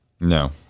No